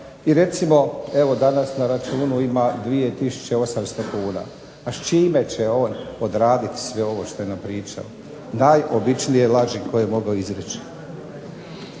I recimo evo danas na računu ima 2 tisuće 800 kuna. A s čime će on odraditi ovo sve što je napričao? Najobičnije laži koje je mogao izreći.